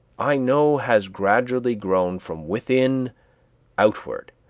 i know has gradually grown from within outward,